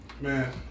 man